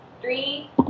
Three